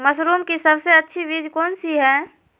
Mushroom की सबसे अच्छी बीज कौन सी है?